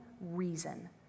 reason